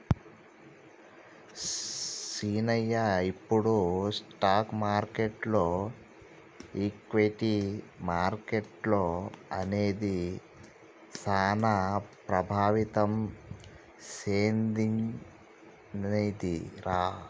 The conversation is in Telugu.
సీనయ్య ఇప్పుడు స్టాక్ మార్కెటులో ఈక్విటీ మార్కెట్లు అనేది సాన ప్రభావితం సెందినదిరా